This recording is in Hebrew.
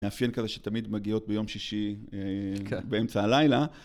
מאפיין כזה שתמיד מגיעות ביום שישי באמצע הלילה.